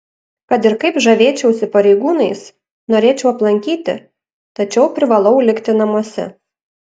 kad ir kaip žavėčiausi pareigūnais norėčiau aplankyti tačiau privalau likti namuose